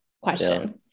question